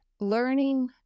Learning